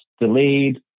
delayed